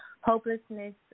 hopelessness